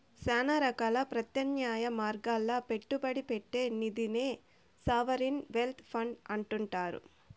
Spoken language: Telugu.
శానా రకాల ప్రత్యామ్నాయ మార్గాల్ల పెట్టుబడి పెట్టే నిదినే సావరిన్ వెల్త్ ఫండ్ అంటుండారు